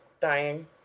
Dying